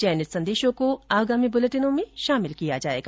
चयनित संदेशों को आगामी बुलेटिनों में शामिल किया जाएगा